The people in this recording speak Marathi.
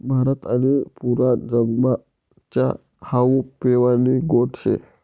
भारत आणि पुरा जगमा च्या हावू पेवानी गोट शे